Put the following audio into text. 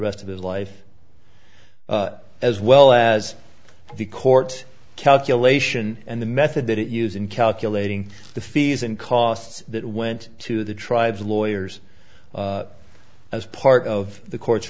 rest of his life as well as the court calculation and the method that it use in calculating the fees and costs that went to the tribes of lawyers as part of the court